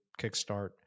kickstart